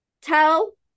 tell